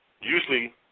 Usually